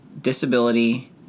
disability